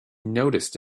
noticed